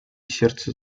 сердце